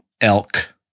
Elk